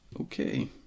Okay